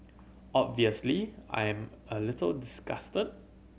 obviously I am a little disgusted